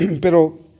pero